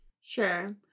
Sure